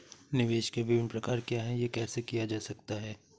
निवेश के विभिन्न प्रकार क्या हैं यह कैसे किया जा सकता है?